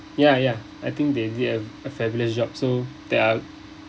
ya ya I think they did a a fabulous job so they are